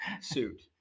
Suit